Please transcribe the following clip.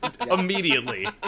Immediately